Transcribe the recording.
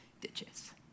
ditches